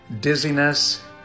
Dizziness